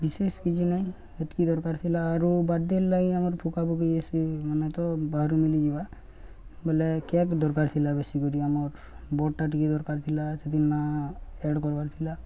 ବିଶେଷ କିଛି ନାଇଁ ଏତ୍କି ଦରକାର ଥିଲା ଆରୁ ବର୍ଥଡେ'ର୍ ଲାଗି ଆମର୍ ଫୁକାଫୁକି ଇସି ମାନେ ତ ବାହାରୁ ମିଲିଯିବା ବୋଲେ କେକ୍ ଦରକାର ଥିଲା ବେଶୀ କରି ଆମର୍ ବଡ଼ଟା ଟିକେ ଦରକାର ଥିଲା ସେଦିନ ଆଡ଼୍ କର୍ବାର ଥିଲା